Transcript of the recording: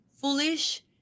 foolish